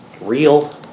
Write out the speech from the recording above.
real